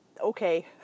okay